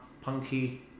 punky